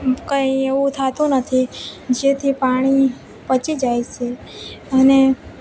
કંઈ એવું થતું નથી જેથી પાણી પચી જાય છે અને